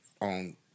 on